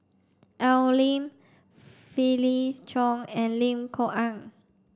Al Lim Felix Cheong and Lim Kok Ann